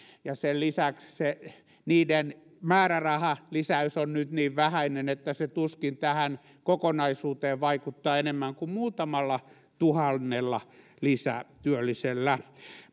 ja sen lisäksi se niiden määrärahalisäys on nyt niin vähäinen että se tuskin tähän kokonaisuuteen vaikuttaa enemmän kuin muutamalla tuhannella lisätyöllisellä